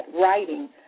writing